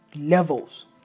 Levels